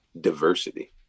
diversity